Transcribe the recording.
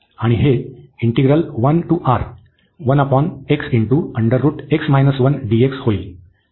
आणि हे होईल